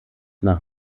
nach